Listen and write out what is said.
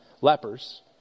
lepers